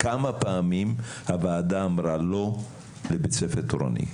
כמה פעמים הוועדה אמרה "לא" לבית ספר תורני?